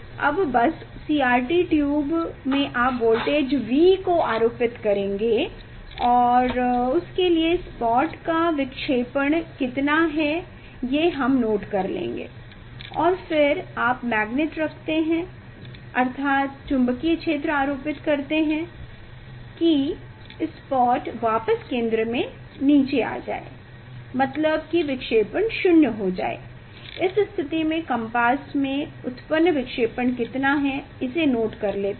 अब बस CRT tube में आप वोल्टेज V को आरोपित करेंगे और उसके लिए स्पॉट का विक्षेपण कितना है ये हम नोट कर लेंगें और फिर आप मैग्नेट रखते हैं अर्थात चुंबकीय क्षेत्र आरोपित करते हैं की स्पॉट वापस केंद्र में नीचे आ जाए मतलब है कि विक्षेपण 0 हो जाए इस स्थिति में कम्पास में उत्पन्न विक्षेपण कितना है इसे नोट कर लेते हैं